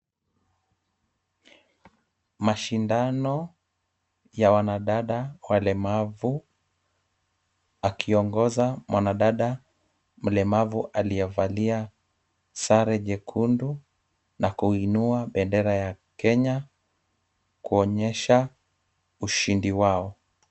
Mashindano ya wanadada walemavu, akiongoza mwanadada mlemavu aliyevalia sare nyekundu, na kuinua bendera ya Kenya kuonyesha ushindi wao.